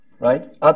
right